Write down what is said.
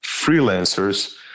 freelancers